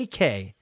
ak